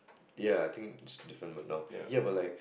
ya I think it's a different Bedok ya but like